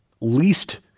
least